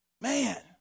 Man